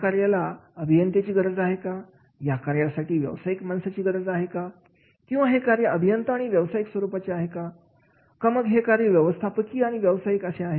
या कार्याला अभियंता गरजेचा आहे का या कार्यासाठी व्यवसायिक माणसाची गरज आहे का किंवा हे कार्य अभियंता आणि व्यावसायिक स्वरूपाचे आहे का का मग हे कार्य व्यवस्थापकीय आणि व्यावसायिक आहे का